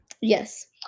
Yes